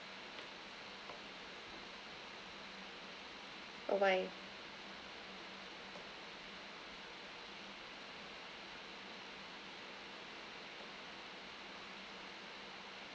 oh why